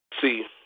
See